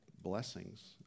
blessings